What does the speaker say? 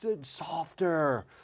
softer